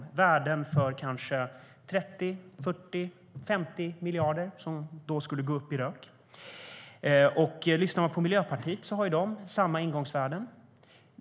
Det är värden för kanske 30, 40 eller 50 miljarder som då skulle gå upp i rök. Om man lyssnar på Miljöpartiet hör man att de har samma ingångsvärden.